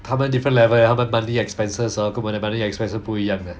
他们 different level eh 他们 monthly expenses 跟我们的 monthly expenses 不一样 leh